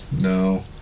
no